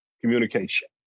communication